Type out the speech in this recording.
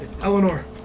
Eleanor